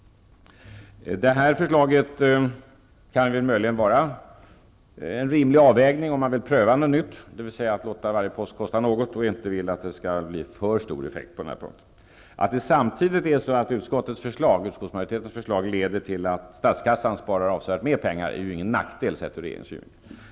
Detta förslag kan möjligen vara en rimlig avvägning om man vill pröva något nytt, dvs. att låta varje post kosta något, och inte vill att det skall bli för stor effekt på denna punkt. Att utskottsmajoritetens förslag dessutom leder till att statskassan spar avsevärt mer pengar är ju ingen nackdel sett ur regeringens synvinkel.